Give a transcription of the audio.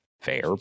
fair